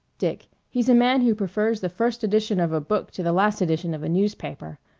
dick he's a man who prefers the first edition of a book to the last edition of a newspaper.